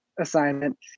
assignment